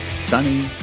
sunny